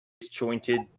disjointed